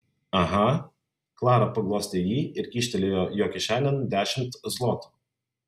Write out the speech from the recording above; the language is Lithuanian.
aha klara paglostė jį ir kyštelėjo jo kišenėn dešimt zlotų